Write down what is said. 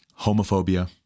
homophobia